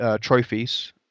Trophies